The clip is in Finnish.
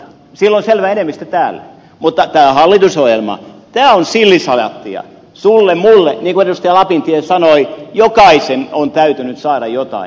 sillä on selvä enemmistö täällä mutta tämä hallitusohjelma on sillisalaattia sulle mulle niin kuin edustaja lapintie sanoi jokaisen on täytynyt saada jotain